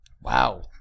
Wow